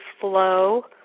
flow